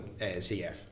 CF